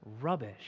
rubbish